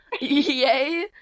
Yay